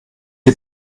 die